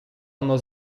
ono